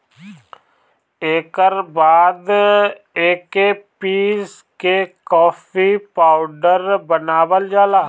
एकर बाद एके पीस के कॉफ़ी पाउडर बनावल जाला